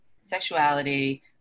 sexuality